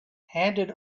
handed